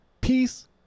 peace